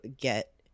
get